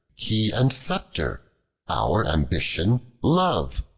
key and scepter our ambition, love